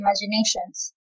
imaginations